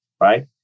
right